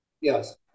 Yes